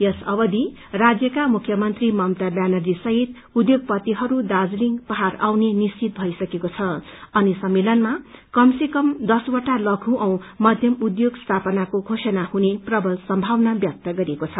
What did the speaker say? यस अवधि राज्यका मुख्यमन्त्री ममता ब्यानर्जी सहित उद्योगपतिहरू दार्जीलिङ पहाड़ आउने निश्चित भइसकेको छ अनि सम्मेलनमा कम से कम दसवटा लघु औ मध्यम उद्योग स्थापनाको घोषणा हुने प्रवल सम्भावना व्यक्त गरिएको छ